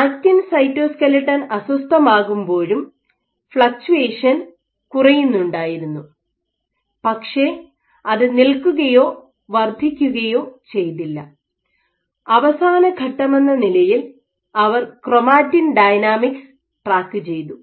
actin cytoskeleton അസ്വസ്ഥമാകുമ്പോഴും ഫ്ളക്ച്ചുവേഷൻ കുറയുന്നുന്നുണ്ടായിരുന്നു പക്ഷേ അത് നിൽക്കുകയോ വർദ്ധിക്കുകയോ ചെയ്തില്ല അവസാന ഘട്ടമെന്ന നിലയിൽ അവർ ക്രോമാറ്റിൻ ഡൈനാമിക്സ് ട്രാക്കുചെയ്തു